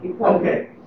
Okay